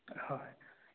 হয়